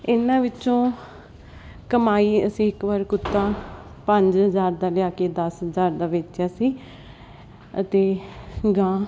ਇਹਨਾਂ ਵਿੱਚੋਂ ਕਮਾਈ ਅਸੀਂ ਇਕ ਵਾਰ ਕੁੱਤਾ ਪੰਜ ਹਜਾਰ ਦਾ ਲਿਆ ਕੇ ਦਸ ਹਜਾਰ ਦਾ ਵੇਚਿਆ ਸੀ ਅਤੇ ਗਾਂ